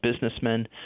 businessmen